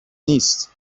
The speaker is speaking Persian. نیست